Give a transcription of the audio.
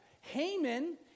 Haman